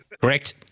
Correct